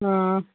ꯑꯥ